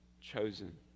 chosen